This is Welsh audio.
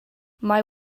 mae